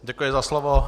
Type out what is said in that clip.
Děkuji za slovo.